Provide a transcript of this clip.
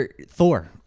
Thor